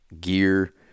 gear